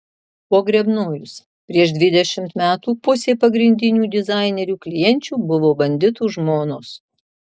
pogrebnojus prieš dvidešimt metų pusė pagrindinių dizainerių klienčių buvo banditų žmonos